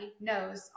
knows